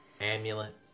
amulet